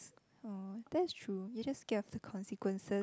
oh that's true you just get of the consequences